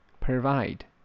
Provide